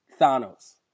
Thanos